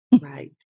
Right